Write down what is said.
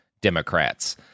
Democrats